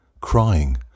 Crying